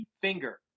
Finger